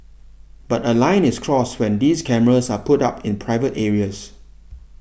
but a line is crossed when these cameras are put up in private areas